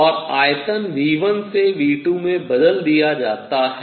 और आयतन V1 से V2 में बदल दिया जाता है